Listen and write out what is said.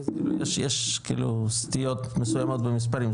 יש כאילו סטיות מסוימות במספרים,